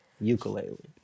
Ukulele